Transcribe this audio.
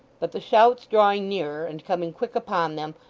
but the shouts drawing nearer and coming quick upon them,